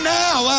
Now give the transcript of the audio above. now